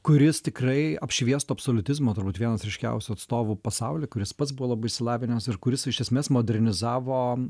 kuris tikrai apšviesto absoliutizmo turbūt vienas ryškiausių atstovų pasauly kuris pats buvo labai išsilavinęs ir kuris iš esmės modernizavo